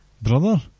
brother